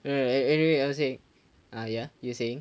no no an~ anyway I was saying ah ya you were saying